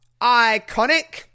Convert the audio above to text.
Iconic